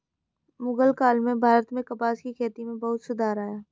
मुग़ल काल में भारत में कपास की खेती में बहुत सुधार आया